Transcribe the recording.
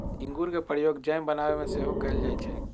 इंगूर के प्रयोग जैम बनाबे में सेहो कएल जाइ छइ